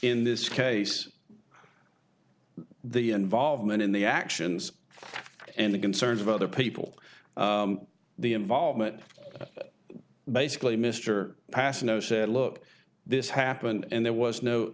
in this case the involvement in the actions and the concerns of other people the involvement basically mr pass no said look this happened and there was no